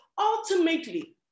ultimately